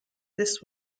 this